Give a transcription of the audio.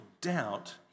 doubt